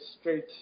straight